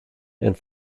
and